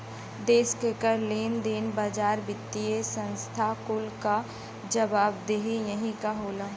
देस के कर, लेन देन, बाजार, वित्तिय संस्था कुल क जवाबदेही यही क होला